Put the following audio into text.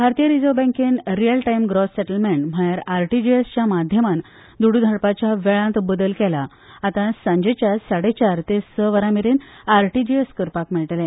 भारतीय रिझर्व्ह बँकेन real time gross settlement म्हणल्यार आरटीजीएसच्या माध्यमान दुडू धाडपाच्या वेळांत बदल केला आतां सांजेच्या साडेचार ते स वरां मेरेन आरटीजीएस करपाक मेळटले